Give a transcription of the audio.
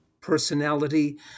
personality